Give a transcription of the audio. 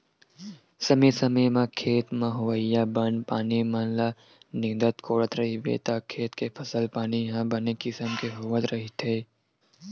समे समे म खेत म होवइया बन पानी मन ल नींदत कोड़त रहिबे त खेत के फसल पानी ह बने किसम के होवत रहिथे